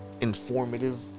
informative